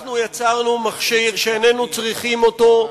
ואנחנו יצרנו מכשיר שאיננו צריכים אותו,